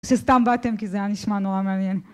זה סתם באתם כי זה היה נשמע נורא מעניין